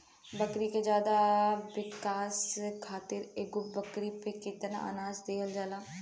बकरी के ज्यादा विकास खातिर एगो बकरी पे कितना अनाज देहल जाला?